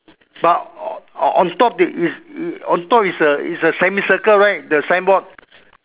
but on on top there is on top there is a on top is a semicircle right the signboard